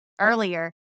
earlier